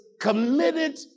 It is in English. committed